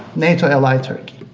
nato ally turkey.